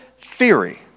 theory